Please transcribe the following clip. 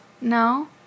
No